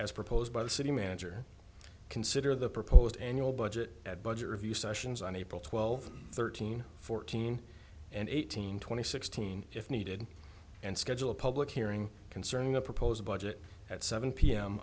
budget as proposed by the city manager consider the proposed annual budget at budget review sessions on april twelfth thirteen fourteen and eighteen twenty sixteen if needed and schedule a public hearing concerning the proposed budget at seven p